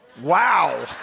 Wow